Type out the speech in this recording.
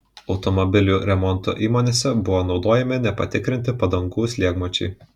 automobilių remonto įmonėse buvo naudojami nepatikrinti padangų slėgmačiai